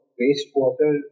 wastewater